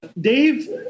Dave